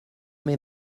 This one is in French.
mes